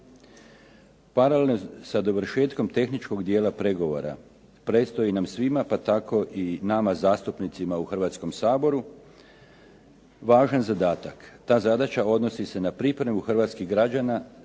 Paralelno sa dovršetkom tehničkog dijela pregovora, predstoji nam svima, pa tako i nama zastupnicima u Hrvatskom saboru važan zadatak. Ta zadaća odnosi se na pripremu hrvatskih građana